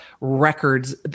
records